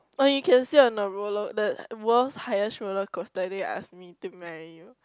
or you can sit on the roller the world's highest roller coaster then you ask me to marry you